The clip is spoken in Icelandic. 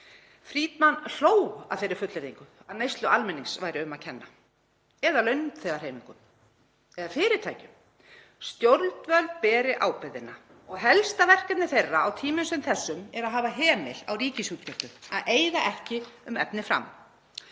Friedman hló að þeirri fullyrðingu að neyslu almennings væri um að kenna eða launþegahreyfingunni eða fyrirtækjum. Stjórnvöld beri ábyrgðina og helsta verkefni þeirra á tímum sem þessum sé að hafa hemil á ríkisútgjöldum, að eyða ekki um efni fram.